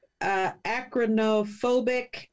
acronophobic